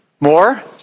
More